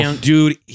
Dude